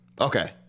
Okay